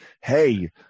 Hey